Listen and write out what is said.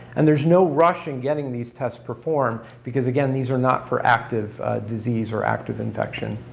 and there's no rush in getting these tests performed, because again these are not for active disease or active infection.